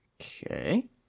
Okay